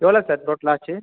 எவ்வளவு சார் டோட்டலாக ஆச்சு